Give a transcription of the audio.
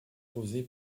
posés